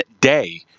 day